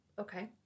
Okay